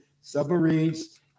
submarines